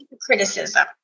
criticism